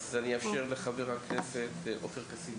אז אני אאפשר לחבר הכנסת עופר כסיף,